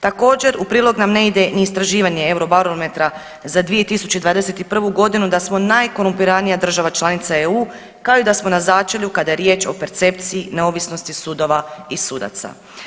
Također u prilog nam ne ide ni istraživanje Eurobarometra za 2021.g. da smo najkorumpiranija država članica EU, kao i da smo na začelju kada je riječ o percepciji neovisnosti sudova i sudaca.